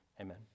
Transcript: Amen